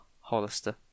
Hollister